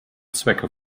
zwecke